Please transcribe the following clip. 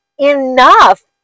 enough